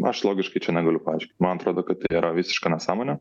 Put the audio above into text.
aš logiškai čia negaliu paaiškint man atrodo kad tai yra visiška nesąmonė